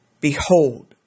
Behold